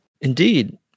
Indeed